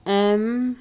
M